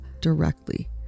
directly